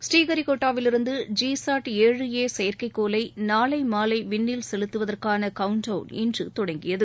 ஸ்ரீஹரிகோட்டாவில் இருந்து GSAT ஏழு A செயற்கைக்கோளை நாளை மாலை விண்ணில் செலுத்துவதற்கான கவுண்ட் டவுன் இன்று தொடங்கியது